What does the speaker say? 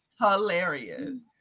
Hilarious